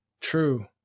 True